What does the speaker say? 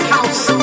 House